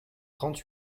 trente